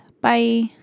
Bye